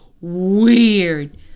weird